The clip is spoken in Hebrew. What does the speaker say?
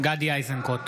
גדי איזנקוט,